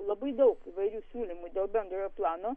labai daug įvairių siūlymų dėl bendrojo plano